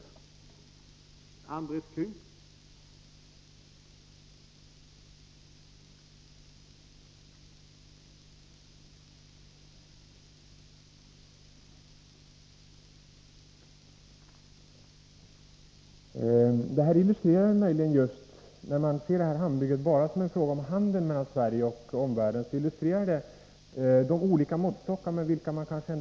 Om planerna på ut